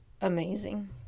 amazing